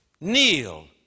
kneel